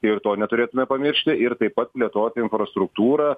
ir to neturėtume pamiršti ir taip pat plėtoti infrastruktūrą